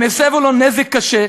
הם הסבו לו נזק קשה.